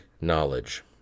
knowledge